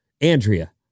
Andrea